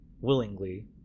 Willingly